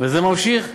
וזה ממשיך: